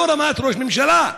לא רמת ראש ממשלה,